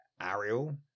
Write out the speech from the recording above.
Ariel